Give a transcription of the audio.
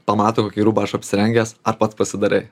pamato kokį rūbą aš apsirengęs ar pats pasidarei